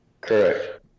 Correct